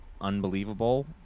unbelievable